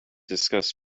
discuss